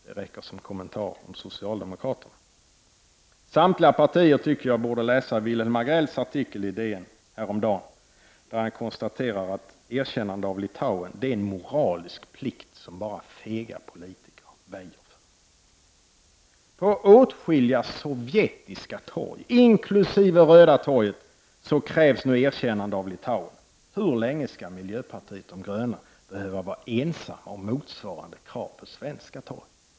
Det räcker som en kommentar om socialdemokraterna. Jag tycker att samtliga partier borde läsa Wilhelm Agrells artikel i Dagens Nyheter häromdagen, där han konstaterade att ett erkännande av Litauen är en moralisk plikt som bara fega politiker väjer för. På åtskilliga sovjetiska torg, inkl. Röda torget, krävs nu ett erkännande av Litauen. Hur länge skall miljöpartiet de gröna behöva vara ensamt om motsvarande krav på svenska torg?